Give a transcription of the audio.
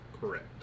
Correct